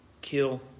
kill